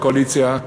הקואליציה,